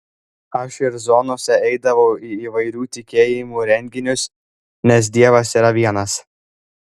aš ir zonose eidavau į įvairių tikėjimų renginius nes dievas yra vienas